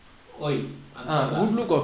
!oi! answer lah